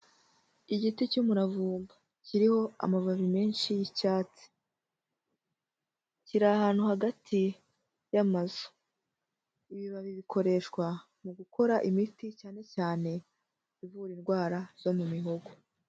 Igiti cy'umuravumba kiriho amababi menshi y'icyatsi, kiri ahantu hagati y'amazu. Ibibabi bikoreshwa mu gukora imiti cyane cyane ivura indwara zo mu mihogo.